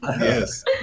Yes